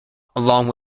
along